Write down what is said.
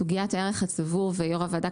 סוגיית הערך הצבור ויושב ראש הוועדה,